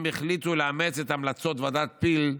החליטו לאמץ את המלצות ועדת פיל,